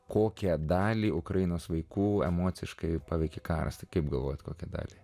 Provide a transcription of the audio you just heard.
kokią dalį ukrainos vaikų emociškai paveiki karstui kaip galvoti kokią dalį